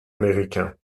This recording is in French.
américain